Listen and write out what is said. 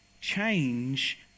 change